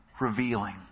revealing